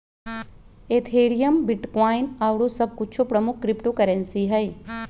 Ethereum, bitcoin आउरो सभ कुछो प्रमुख क्रिप्टो करेंसी हइ